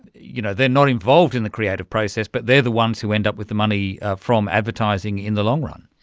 you know they are not involved in the creative process but they are the ones who end up with the money from advertising in the long run.